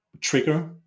trigger